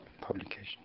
publication